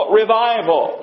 revival